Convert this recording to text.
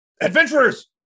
adventurers